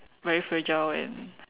very fragile and